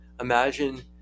Imagine